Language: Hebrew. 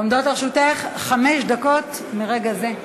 עומדות לרשותך חמש דקות מרגע זה.